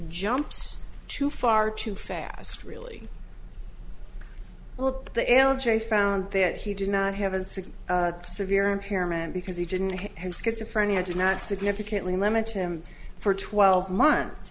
jumps too far too fast really well the l j found that he did not have a sick severe impairment because he didn't have schizophrenia did not significantly limited him for twelve months